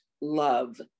love